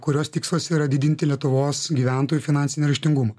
kurios tikslas yra didinti lietuvos gyventojų finansinį raštingumą